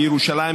בירושלים,